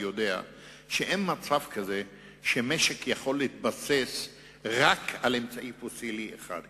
יודע בלי ספק שאין מצב כזה שמשק יכול להתבסס רק על אמצעי פוסילי אחד.